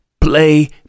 play